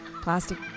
plastic